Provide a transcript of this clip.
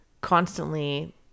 constantly